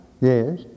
Yes